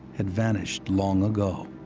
had vanished long ago.